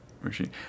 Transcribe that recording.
machine